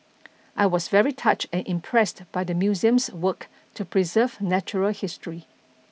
I was very touched and impressed by the museum's work to preserve natural history